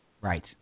Right